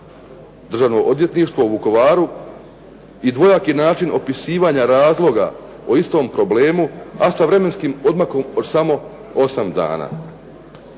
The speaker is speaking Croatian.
državno odvjetništvo u Vukovaru i dvojaki način opisivanja razloga o istom problemu, a sa vremenskim odmakom od samo 8 dana.